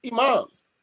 imams